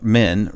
men